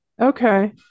Okay